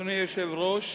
אדוני היושב-ראש,